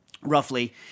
roughly